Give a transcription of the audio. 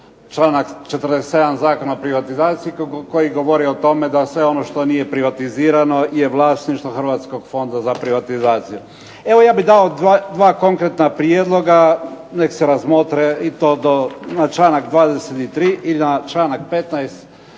čl. 47. Zakona o privatizaciji koji govori o tome da sve ono što nije privatizirano je vlasništvo Hrvatskog fonda za privatizaciju. Evo, ja bih dao 2 konkretna prijedloga nek se razmotre. I to na čl. 23. i na čl. 15.